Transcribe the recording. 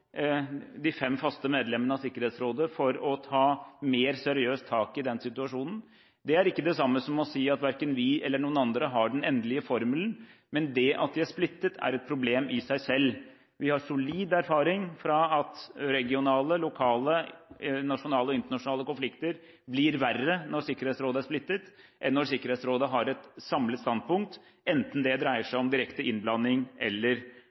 for å ta mer seriøst tak i den situasjonen. Det er ikke det samme som å si at vi, eller noen andre, har den endelige formelen. Men det at de er splittet, er et problem i seg selv. Vi har solid erfaring som viser at regionale, lokale, nasjonale og internasjonale konflikter blir verre når Sikkerhetsrådet er splittet enn når Sikkerhetsrådet har et samlet standpunkt, enten det dreier seg om direkte innblanding eller